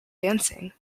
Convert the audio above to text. dancing